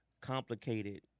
complicated